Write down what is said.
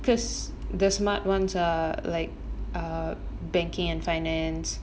because the smart ones are like err banking and finance